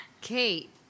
Kate